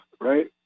right